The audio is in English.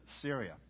Syria